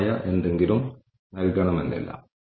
ഇത് ഒരു റിപ്പോർട്ടിംഗ് ഉപകരണമായി ഉപയോഗിക്കുന്നു